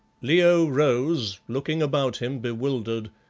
leo rose, looking about him bewildered,